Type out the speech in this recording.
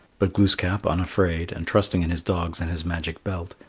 but glooskap, unafraid, and trusting in his dogs and his magic belt,